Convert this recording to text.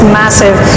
massive